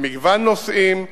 במגוון נושאים,